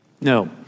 No